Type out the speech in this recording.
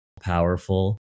powerful